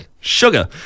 Sugar